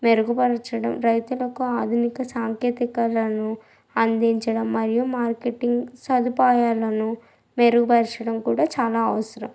మెరుగుపరచడం రైతులకు ఆధునిక సాంకేతికలను అందించడం మరియు మార్కెట్టింగ్ సదుపాయాలను మెరుగుపరచడం కూడా చాలా అవసరం